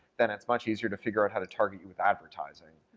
then it's much easier to figure out how to target you with advertising.